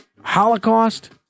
Holocaust